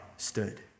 stood